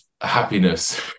happiness